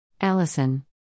Allison